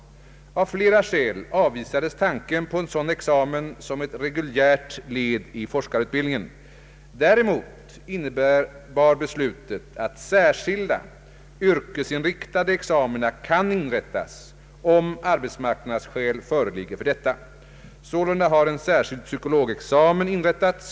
Av flera skäl avvisades tanken på en sådan examen som ett reguljärt led i forskarutbildningen. Däremot innebar beslutet att särskilda, yrkesinriktade examina kan inrättas, om arbetsmarknadsskäl föreligger för detta. Sålunda har en särskild psykologexamen inrättats.